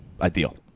ideal